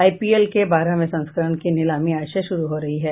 IPL के बारहवें संस्करण की नीलामी आज से शुरू हो रही है